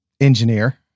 engineer